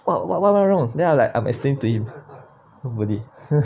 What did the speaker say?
what what what went wrong now like I'm explain to him nobody